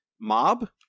mob